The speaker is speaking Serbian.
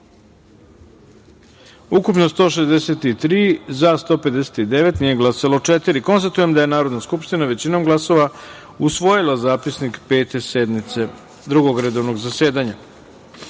ukupno - 163, za – 159, nije glasalo – četiri. Konstatujem da je Narodna skupština većinom glasova usvojila Zapisnik Pete sednice Drugog redovnog zasedanja. Dame